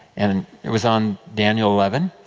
and and it was on daniel eleven.